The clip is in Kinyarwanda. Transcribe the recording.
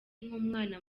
nk’umwana